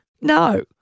no